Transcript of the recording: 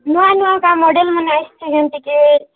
ନୂଆ ନୂଆ କା ମଡ଼େଲ୍ମାନ ଆସିଛି ଯେମିତିକି